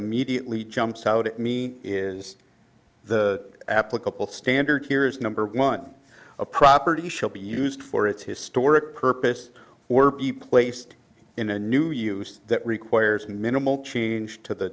immediately jumps out at me is the applicable standard here is number one a property shall be used for its historic purpose or be placed in a new use that requires minimal change to the